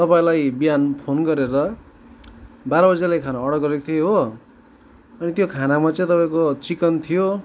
तपाईँलाई बिहान फोन गरेर बाह्र बजीलाई खाना अर्डर गरेको थिएँ हो अनि त्यो खानामा चाहिँ तपाईँको चिकन थियो